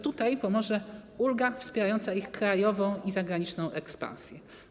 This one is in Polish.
Tutaj pomoże ulga wspierająca ich krajową i zagraniczną ekspansję.